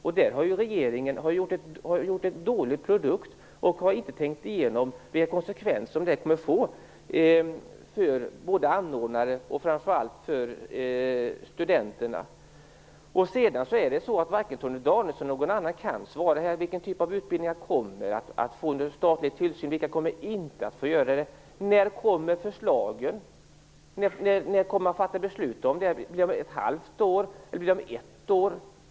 Man har gjort en dålig produkt och inte tänkt igenom vilka konsekvenser förslaget kommer att få för anordnare och framför allt för studenterna. Varken Torgny Danielsson eller någon annan kan svara på frågan om vilken typ av utbildningar som kommer att få statlig tillsyn och vilken typ av utbildningar som inte kommer att få det. När kommer förslagen? När kommer man att fatta beslut? Blir det om ett halvt år eller om ett år?